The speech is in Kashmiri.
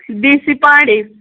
B C پانٛڈیٚز